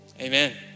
Amen